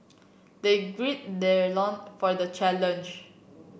they gird their loin for the challenge